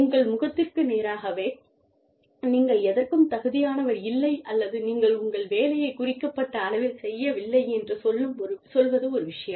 உங்கள் முகத்திற்கு நேராகவே நீங்கள் எதற்கும் தகுதியானவர் இல்லை அல்லது நீங்கள் உங்கள் வேலையைக் குறிக்கப்பட்ட அளவில் செய்யவில்லை என்று சொல்வது ஒரு விஷயம்